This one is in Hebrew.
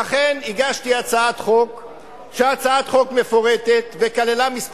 לכן הגשתי הצעת חוק מפורטת, שכללה כמה סעיפים.